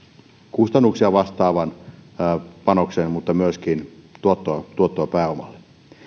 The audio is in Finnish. kustannuksia vastaavan panoksen ja myöskin tuottoa tuottoa pääomalle